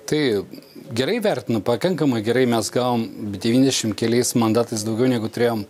tai gerai vertinu pakankamai gerai mes gavom devyniasdešimt keliais mandatais daugiau negu turėjom